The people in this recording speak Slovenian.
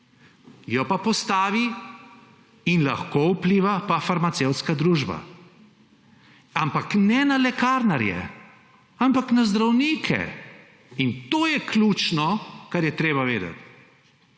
jo pa postavi in lahko nanjo vpliva farmacevtska družba. Ne na lekarnarje, ampak na zdravnike! In to je ključno, kar je treba vedeti.